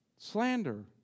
Slander